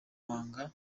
manga